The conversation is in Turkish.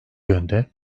yönde